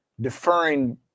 deferring